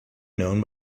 known